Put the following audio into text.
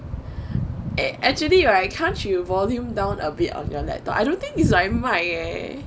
eh actually right can't you volume down a bit on your laptop I don't think is my mic eh